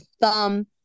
thumb